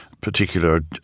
particular